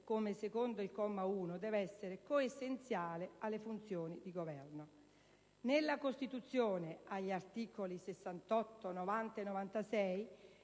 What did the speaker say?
come secondo il comma 1 - deve essere coessenziale alle funzioni di governo. Nella Costituzione, agli articoli 68, 90 e 96,